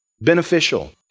beneficial